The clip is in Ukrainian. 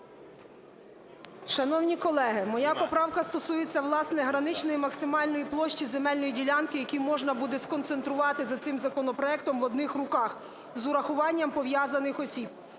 Шановні колеги, моя поправка стосується, власне, граничної і максимальної площі земельної ділянки, які можна буде сконцентрувати за цим законопроектом в одних руках з урахуванням пов'язаних осіб.